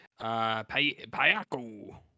Payaku